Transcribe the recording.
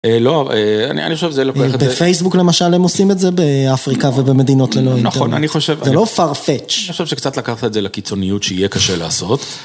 לא, אני חושב שזה לוקח את זה. בפייסבוק למשל, הם עושים את זה באפריקה ובמדינות ללא איתנו. נכון, אני חושב... זה לא פרפטש. אני חושב שקצת לקחת את זה לקיצוניות שיהיה קשה לעשות.